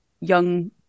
young